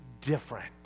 different